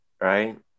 right